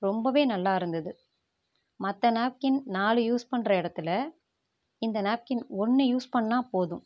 ரொம்பவே நல்லா இருந்தது மற்ற நாப்கின் நாலு யூஸ் பண்ணுற இடத்தில் இந்த நாப்கின் ஒன்று யூஸ் பண்ணிணா போதும்